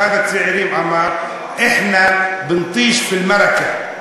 אחד הצעירים אמר: אחנא בנטש פי אל-מרקה (בערבית: